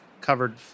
covered